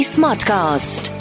Smartcast